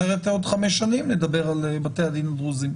אחרת עוד חמש שנים נדבר על בתי הדין הדרוזים.